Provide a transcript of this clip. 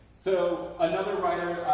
so another writer,